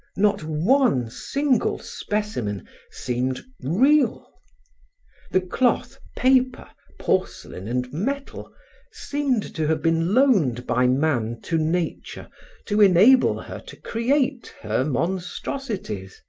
not one single specimen seemed real the cloth, paper, porcelain and metal seemed to have been loaned by man to nature to enable her to create her monstrosities.